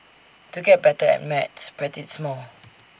to get better at maths practise more